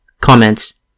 Comments